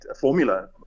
formula